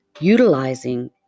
Utilizing